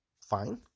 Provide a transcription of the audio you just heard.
fine